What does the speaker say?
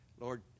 Lord